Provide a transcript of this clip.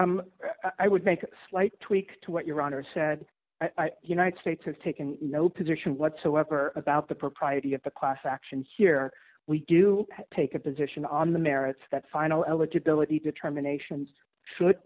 within i would make a slight tweak to what your honor said united states have taken no position whatsoever about the propriety of the class action here we do take a position on the merits that final eligibility determinations should